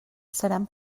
seran